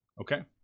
Okay